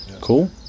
Cool